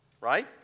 right